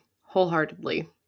Wholeheartedly